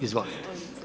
Izvolite.